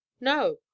No